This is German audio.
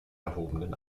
erhobenen